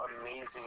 amazing